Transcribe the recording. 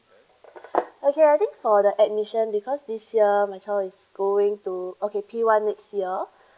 okay I think for the admission because this year my child is going to okay P one next year